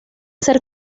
ser